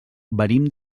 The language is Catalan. venim